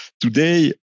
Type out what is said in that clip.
today